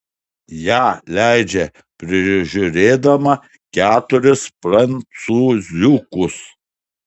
ją leidžia prižiūrėdama keturis prancūziukus